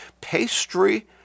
pastry